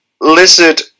Lizard